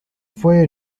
fue